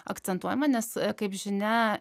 akcentuojama nes kaip žinia